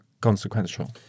consequential